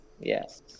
yes